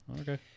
okay